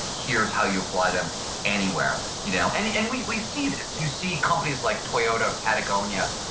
here's how you apply them anywhere. you know and and we we see this. you see companies like toyota, patagonia,